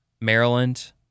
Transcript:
Maryland